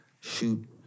shoot